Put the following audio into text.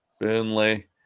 Burnley